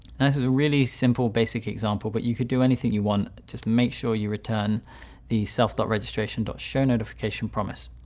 and that's a really simple basic example. but you could do anything you want. just make sure you return the self but registratio n and shownotification promise.